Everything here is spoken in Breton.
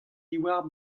diwar